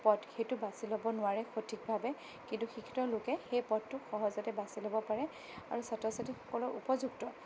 পথ সেইটো বাচি ল'ব নোৱাৰে সঠিকভাৱে কিন্তু শিক্ষিত লোকে সেই পথটো সহজতে বাচি ল'ব পাৰে আৰু ছাত্ৰ ছাত্ৰীসকলক উপযুক্ত